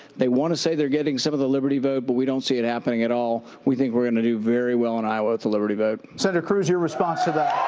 they want to say they're getting some of the liberty vote. but we don't see it happening at all. we think we're going to do very well and iowa with the liberty vote. senator cruz, your response to that?